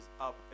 up